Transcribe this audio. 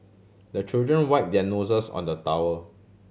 the children wipe their noses on the towel